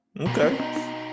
Okay